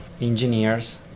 engineers